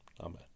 Amen